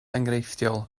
enghreifftiol